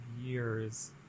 years